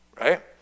Right